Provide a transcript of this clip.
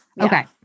Okay